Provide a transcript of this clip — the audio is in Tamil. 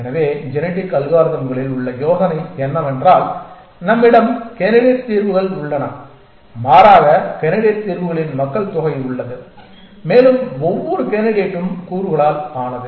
எனவே ஜெனடிக் அல்காரிதம்களில் உள்ள யோசனை என்னவென்றால் நம்மிடம் கேண்டிடேட் தீர்வுகள் உள்ளன மாறாக கேண்டிடேட் தீர்வுகளின் மக்கள் தொகை உள்ளது மேலும் ஒவ்வொரு கேண்டிடேட்டும் கூறுகளால் ஆனது